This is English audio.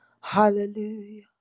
Hallelujah